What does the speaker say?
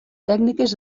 tècniques